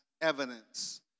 evidence